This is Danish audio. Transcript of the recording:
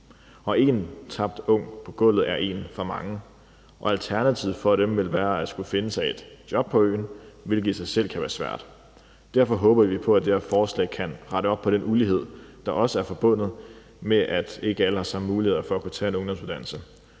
En ung tabt på gulvet er en for mange, og alternativet for dem ville være at skulle finde sig et job på øen, hvilket i sig selv kan være svært. Derfor håber vi på, at det her forslag kan rette op på den ulighed, der også er forbundet med, at ikke alle har samme muligheder for at kunne tage en ungdomsuddannelse.